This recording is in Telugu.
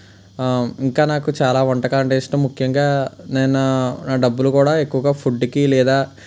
ఇంకా నాకు చాలా వంటకాలు అంటే ఇష్టం ముఖ్యంగా నేను నా డబ్బులు కూడా ఎక్కువగా ఫుడ్డుకి లేదా